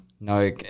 no